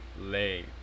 Lay